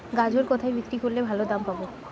গাজর কোথায় বিক্রি করলে ভালো দাম পাব?